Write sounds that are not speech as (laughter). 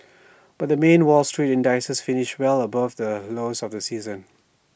(noise) but the main wall street indices finished well above the lows of the season